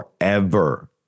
forever